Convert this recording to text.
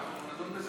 ואנחנו נדון בזה.